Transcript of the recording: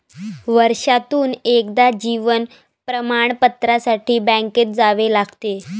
वर्षातून एकदा जीवन प्रमाणपत्रासाठी बँकेत जावे लागते